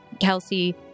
Kelsey